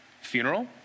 funeral